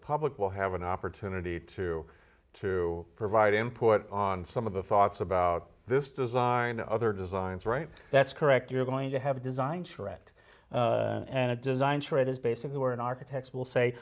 public will have an opportunity to to provide input on some of the thoughts about this design to other designs right that's correct you're going to have to design charette and a design trade is basically where an architect will say